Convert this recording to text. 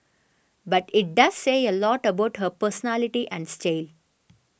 but it does say a lot about her personality and style